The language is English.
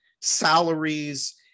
salaries